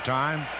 time